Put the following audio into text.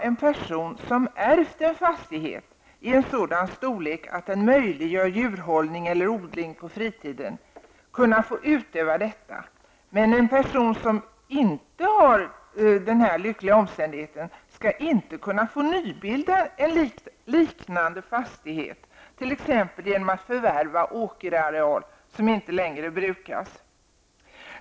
En person som ärvt en fastighet av sådan storlek att den möjliggör djurhållning eller odling på fritiden kan få ägna sig åt detta, samtidigt får inte personer, som inte befinner sig i samma lyckligt lottade situation, nybilda en liknande fastighet genom att t.ex. förvärva åkerareal som inte längre brukas.